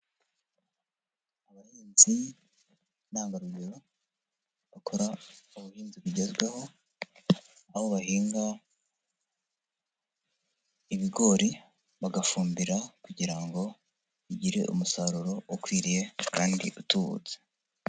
Abahinzi ntangarugero bakora ubuhinzi bugezweho, aho bahinga ibigori bagafumbira kugirango bigire umusaruro ukwiriye kandi utubutse.